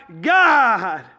God